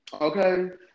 Okay